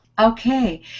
Okay